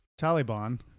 taliban